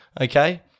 Okay